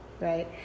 right